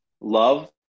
Love